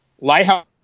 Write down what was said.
lighthouse